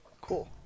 Cool